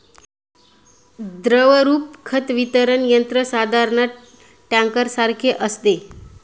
द्रवरूप खत वितरण यंत्र साधारणतः टँकरसारखे असते